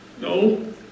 no